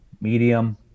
medium